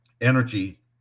energy